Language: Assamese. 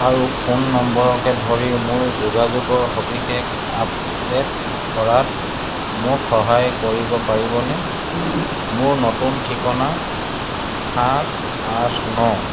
আৰু ফোন নম্বৰকে ধৰি মোৰ যোগাযোগৰ সবিশেষ আপডেট কৰাত মোক সহায় কৰিব পাৰিবনে মোৰ নতুন ঠিকনা সাত আঠ ন